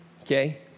Okay